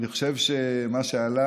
אני חושב שמה שעלה